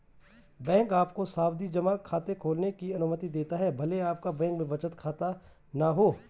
bank आपको सावधि जमा खाता खोलने की अनुमति देते हैं भले आपका बैंक में बचत खाता न हो